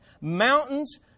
Mountains